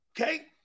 Okay